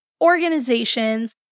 organizations